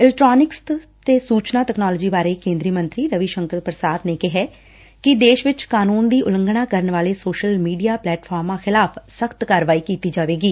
electronics ਤੇ ਸੁਚਨਾ technology ਬਾਰੇ ਕੇ'ਦਰੀ ਮੰਤਰੀ ਰਵੀ ਸ਼ੰਕਰ ਪ੍ਰਸਾਦ ਨੇ ਕਿਹੈ ਕਿ ਦੇਸ਼ 'ਚ ਕਾਨੂੰਨ ਦੀ ਉਲੰਘਣਾ ਕਰਨ ਵਾਲੇ ਸੋਸ਼ਲ ਮੀਡੀਆ ਪਲੈਟਫਾਰਮਾ ਖਿਲਾਫ਼ ਸਖ਼ਤ ਕਾਰਵਾਈ ਕੀਤੀ ਜਾਵੇਗੀ